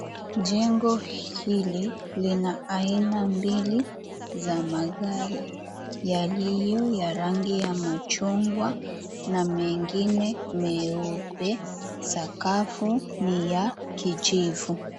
Jengo hili lina aina mbili za magari yaliyo ya rangi ya machungwa na mengine meupe. Sakafu ni ya kijivu.